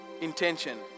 intention